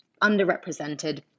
underrepresented